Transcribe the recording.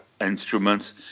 instruments